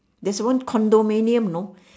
there's one condominium you know